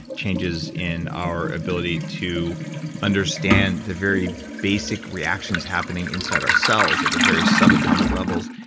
changes in our ability to understand the very basic reactions happening inside our cells at the very subatomic levels.